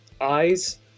eyes